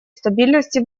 стабильности